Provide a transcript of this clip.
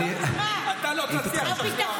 אתה לא תצליח לשכנע אותה.